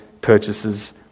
purchases